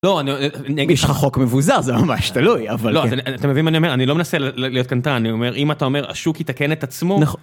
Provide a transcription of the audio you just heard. לא, יש לך חוק מבוזר, זה ממש תלוי, אבל כן. לא, אתה מבין מה אני אומר? אני לא מנסה להיות קנטרן, אני אומר, אם אתה אומר, השוק יתקן את עצמו...